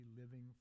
living